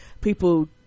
people